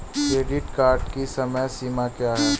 Credit card की समय सीमा क्या है?